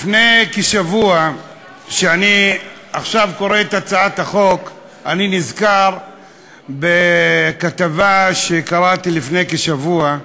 כשאני קורא עכשיו את הצעת החוק אני נזכר בכתבה שקראתי לפני כשבוע,